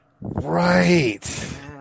right